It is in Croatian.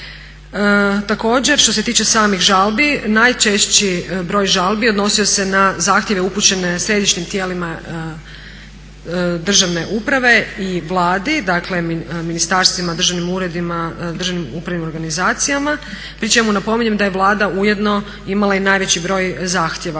Također što se tiče samih žalbi najčešći broj žalbi odnosio se na zahtjeve upućene središnjim tijelima državne uprave i Vladi, dakle ministarstvima, državnim uredima, državnim upravnim organizacijama pri čemu napominjem da je Vlada ujedno imala i najveći broj zahtjeva